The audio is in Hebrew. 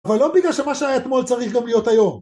אבל לא בגלל שמה שהיה אתמול צריך גם להיות היום